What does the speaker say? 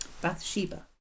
Bathsheba